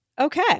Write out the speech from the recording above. okay